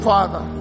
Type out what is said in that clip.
Father